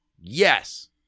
yes